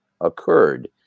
occurred